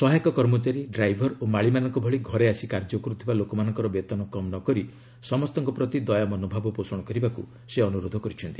ସହାୟକ କର୍ମଚାରୀ ଡ୍ରାଇଭର ଓ ମାଳିମାନଙ୍କ ଭଳି ଘରେ ଆସି କାର୍ଯ୍ୟ କରୁଥିବା ଲୋକମାନଙ୍କର ବେତନ କମ୍ ନ କରି ସମସ୍ତଙ୍କ ପ୍ରତି ଦୟାମନୋଭାବ ପୋଷଣ କରିବାକ୍ ସେ ଅନ୍ଦରୋଧ କରିଛନ୍ତି